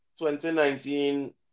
2019